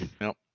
Nope